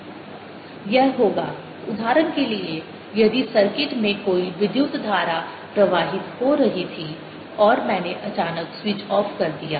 यह होगा उदाहरण के लिए यदि सर्किट में कोई विद्युत धारा प्रवाहित हो रही थी और मैंने अचानक स्विच ऑफ कर दिया